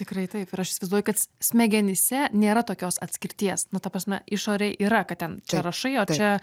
tikrai taip ir aš įsivaizduoju kad smegenyse nėra tokios atskirties nu ta prasme išorėj yra kad ten čia rašai o čia